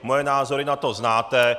Moje názory na to znáte.